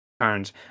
turns